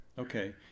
Okay